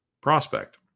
prospect